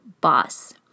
boss